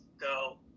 go